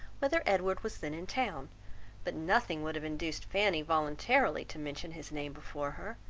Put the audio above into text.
whether edward was then in town but nothing would have induced fanny voluntarily to mention his name before her,